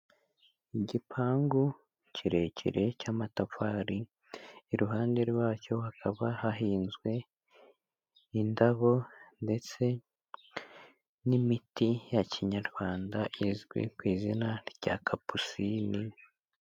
Igipangu kirekire cy'amatafari, iruhande rwacyo hakaba hahinzwe indabo ndetse n'imiti ya kinyarwanda izwi ku izina rya kapusine.